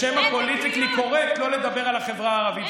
אבל בשם הפוליטיקלי קורקט לא לדבר על החברה הערבית.